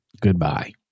goodbye